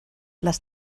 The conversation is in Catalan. les